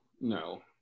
no